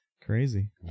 crazy